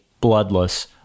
bloodless